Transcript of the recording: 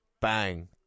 Bang